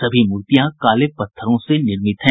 सभी मूर्तियां काले पत्थरों से निर्मित हैं